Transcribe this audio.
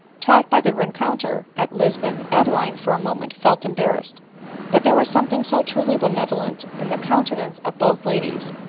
taught by the rencontre at lisbon, adeline, for a mo ment felt embarrassed but there was something so truly benevolent in the countenance of both ladies,